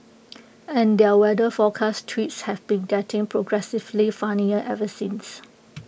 and their weather forecast tweets have been getting progressively funnier ever since